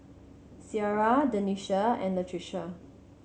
Ciara Denisha and Latricia